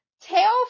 tail